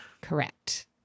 correct